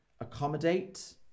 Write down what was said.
Accommodate